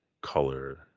color